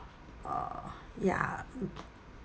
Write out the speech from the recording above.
uh ya